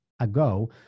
ago